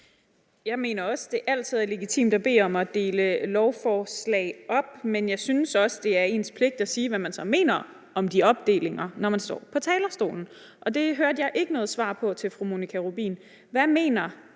Jeg mener også, det altid er legitimt at bede om at dele lovforslag op, men jeg synes også, det er ens pligt at sige, hvad man så mener om de opdelinger, når man står på talerstolen, og det hørte jeg ikke noget svar på til fru Monika Rubin. Hvad mener